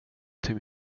till